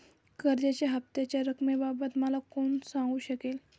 कर्जाच्या हफ्त्याच्या रक्कमेबाबत मला कोण सांगू शकेल?